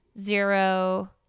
zero